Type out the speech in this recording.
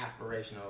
aspirational